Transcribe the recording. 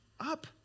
up